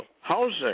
housing